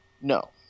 No